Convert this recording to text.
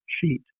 sheet